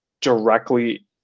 directly